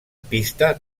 pista